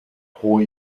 pro